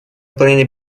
выполнение